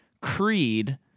Creed